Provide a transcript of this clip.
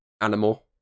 animal